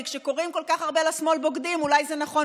כי כשקוראים כל כך הרבה לשמאל "בוגדים" אולי זה נכון,